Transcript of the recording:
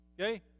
okay